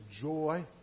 joy